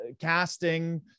casting